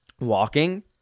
walking